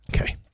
Okay